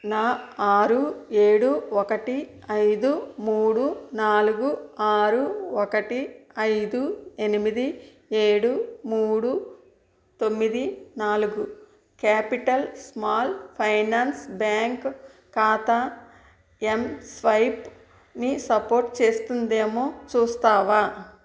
నా ఆరు ఏడు ఒకటి ఐదు మూడు నాలుగు ఆరు ఒకటి ఐదు ఎనిమిది ఏడు మూడు తొమ్మిది నాలుగు క్యాపిటల్ స్మాల్ ఫైనాన్స్ బ్యాంక్ ఖాతా ఎంస్వైప్ని సపోర్టు చేస్తుందేమో చూస్తావా